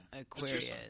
Aquarius